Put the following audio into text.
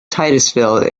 titusville